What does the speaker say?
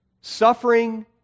suffering